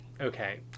okay